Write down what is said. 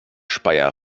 speyer